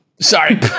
Sorry